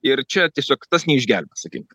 ir čia tiesiog tas neišgelbės sakykim